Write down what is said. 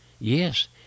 yes